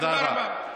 תודה רבה.